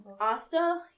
Asta